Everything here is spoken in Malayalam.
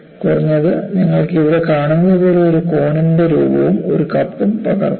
കുറഞ്ഞത് നിങ്ങൾ ഇവിടെ കാണുന്നതുപോലുള്ള ഒരു കോണിന്റെ രൂപവും ഒരു കപ്പും പകർത്താം